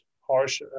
harsh